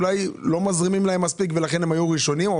אולי לא מזרימים להם מספיק ולכן הם היו ראשונים?